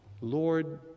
Lord